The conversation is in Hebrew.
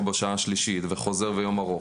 או בשעה השלישית וחוזר ליום ארוך.